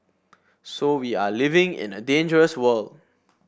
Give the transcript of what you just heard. so we are living in a dangerous world